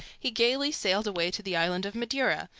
he gayly sailed away to the island of madeira,